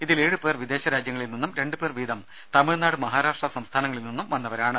ഇതിൽ ഏഴു പേർ വിദേശരാജ്യങ്ങളിൽ നിന്നും രണ്ട് പേർ വീതം തമിഴ്നാട് മഹാരാഷ്ട്ര സംസ്ഥാനങ്ങളിൽ നിന്നും വന്നവരാണ്